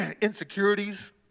insecurities